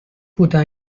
不丹